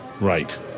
Right